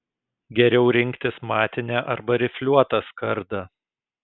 geriau rinktis matinę arba rifliuotą skardą